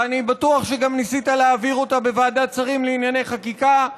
ואני בטוח שגם ניסית להעביר אותה בוועדת שרים לענייני חקיקה.